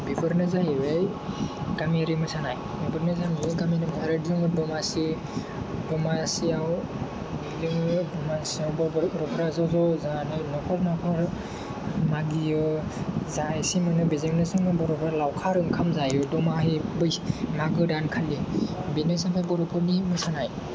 बेफोरनो जाहैबाय गामियारि मोसानाय लोगोसे जों नुयो आरो जों दमासि दमासियाव जोङो दमासियाव गथ'फ्रा ज' ज' जानाय नखर नखर मागियो जा एसे मोनो बेजोंनो जोङो गथ'फ्रा लावखार ओंखाम जायो दमाहि बैसाग माग गोदान खालि बेनो जाबाय बर'फोरनि मोसानाय